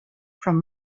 from